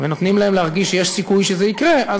ונותנים להם להרגיש שיש סיכוי שזה יקרה,